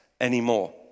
anymore